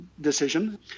decision